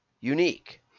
unique